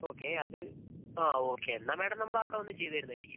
okay അത് ആ okay എന്നാൽ മാഡം നമ്മൾ അവിടെ വന്ന് ചെയ്ത് തരുന്നതായിരിക്കും